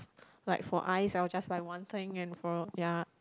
like for eyes I will just buy one thing and for ya